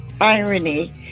irony